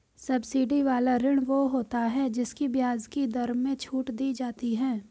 subsidy वाला ऋण वो होता है जिसकी ब्याज की दर में छूट दी जाती है